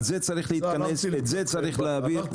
על זה צריך להתכנס, ואת זה צריך להעביר.